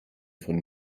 von